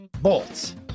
Bolts